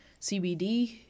cbd